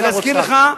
ואני אזכיר לך,